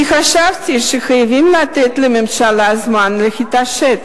כי חשבתי שחייבים לתת לממשלה זמן להתעשת.